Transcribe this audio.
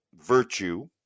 virtue